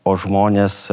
o žmonės